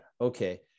okay